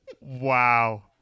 Wow